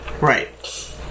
Right